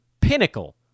pinnacle